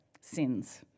sins